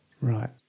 Right